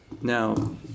Now